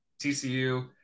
TCU